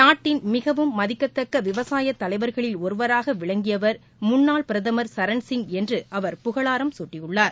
நாட்டின் மிகவும் மதிக்கத்தக்க விவசாய தலைவர்களில் ஒருவராக விளங்கியவர் முன்னாள் பிரதம் சரண்சிங் என்று அவர் புகழாரம் சூட்டியுள்ளார்